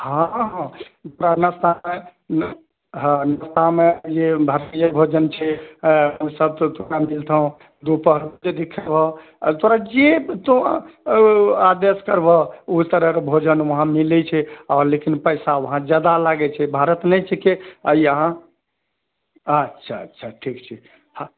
हँ हँ भोजन छै ओ सब तऽ तोरा मिलतऽ दुपहरके खेबहऽ तोरा जे आदेश करबह ओहि तरहके भोजन वहांँ मिलैत छै आ लेकिन पैसा वहांँ जादा लागै छै भारत नहि छिकै यहाँ अच्छा अच्छा ठीक छै